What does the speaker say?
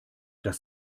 das